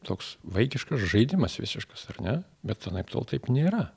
toks vaikiškas žaidimas visiškas ar ne bet anaiptol taip nėra